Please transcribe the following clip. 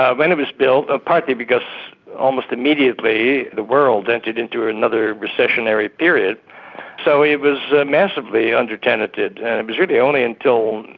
ah when it was built ah partly because almost immediately, the world entered into another recessionary period so it was massively under-tenanted. and it was really only until,